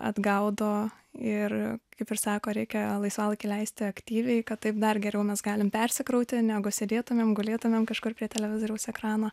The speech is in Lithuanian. atgaudavo ir kaip ir sako reikia laisvalaikį leisti aktyviai kad taip dar geriau mes galim persikrauti negu sėdėtumėm gulėtumėm kažkur prie televizoriaus ekrano